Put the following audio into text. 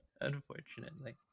unfortunately